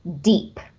deep